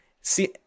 See